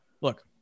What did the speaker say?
Look